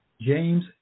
James